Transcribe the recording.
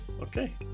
Okay